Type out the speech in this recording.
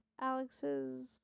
Alex's